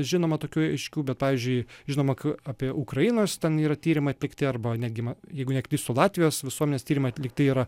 žinoma tokių aiškių bet pavyzdžiui žinoma kad apie ukrainos ten yra tyrimai atlikti arba netgi jeigu neklystu latvijos visuomenės tyrimai atlikti yra